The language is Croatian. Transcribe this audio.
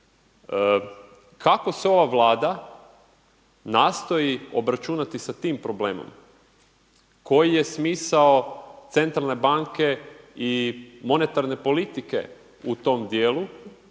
Kako se ova Vlada nastoji obračunati sa tim problemom, koji je smisao centralne banke i monetarne politike u tom dijelu